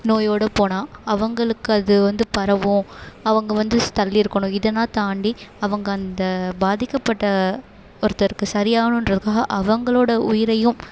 நோயோடு போனால் அவங்களுக்கு அது வந்து பரவும் அவங்க வந்து தள்ளி இருக்கணும் இதனால் தாண்டி அவங்க அந்த பாதிக்கப்பட்ட ஒருத்தருக்கு சரியாகணுன்றதுக்காக அவங்களோட உயிரையும்